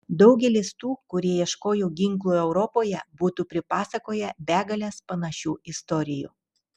daugelis tų kurie ieškojo ginklų europoje būtų pripasakoję begales panašių istorijų